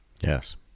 Yes